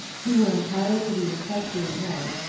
who were entitled to the equestrian rank,